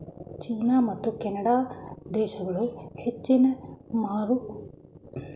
China ಮತ್ತು Canada ದೇಶಗಳು ಹೆಚ್ಚಿನ ಮರಮುಟ್ಟುಗಳನ್ನು ಉತ್ಪಾದಿಸುತ್ತದೆ